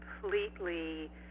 completely